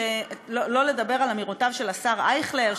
שלא לדבר על אמירותיו של חבר הכנסת אייכלר,